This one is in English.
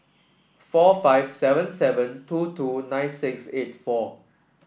four five seven seven two two nine six eight four